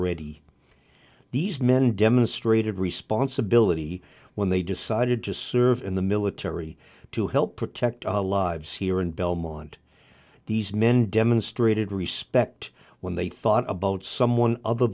ready these men demonstrated responsibility when they decided to serve in the military to help protect our lives here in belmont these men demonstrated respect when they thought about someone other